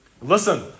Listen